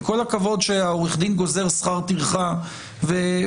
עם כל הכבוד שהעורך דין גוזר שכר טרחה והוצאות,